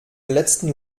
letzten